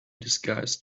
disguised